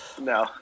No